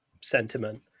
sentiment